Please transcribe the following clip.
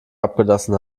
abgelassen